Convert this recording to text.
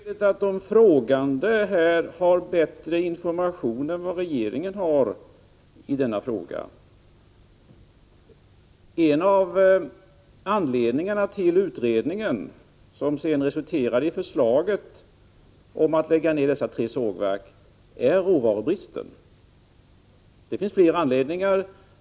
Herr talman! Det är möjligt att de frågande här har bättre information än vad regeringen har i denna fråga. En av anledningarna till utredningen, som sedan resulterade i förslaget om att lägga ned dessa tre sågverk, är råvarubristen. Det finns fler anledningar.